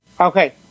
okay